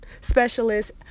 specialist